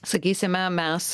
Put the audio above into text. sakysime mes